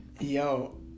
Yo